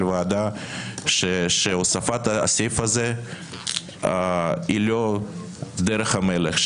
הוועדה שהוספת הסעיף הזה היא לא דרך המלך.